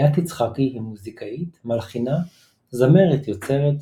ליאת יצחקי היא מוזיקאית, מלחינה, זמרת-יוצרת,